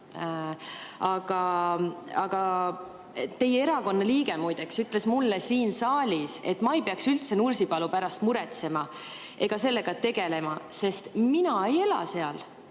üks teie erakonna liige ütles mulle siin saalis, et ma ei peaks üldse Nursipalu pärast muretsema ega sellega tegelema, sest mina ei ela seal.